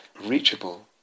reachable